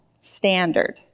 standard